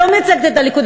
אני לא מייצגת את הליכוד,